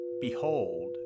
Behold